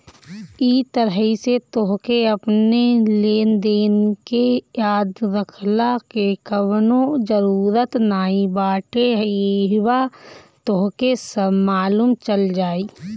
इ तरही से तोहके अपनी लेनदेन के याद रखला के कवनो जरुरत नाइ बाटे इहवा तोहके सब मालुम चल जाई